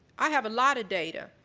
i have a lot of data,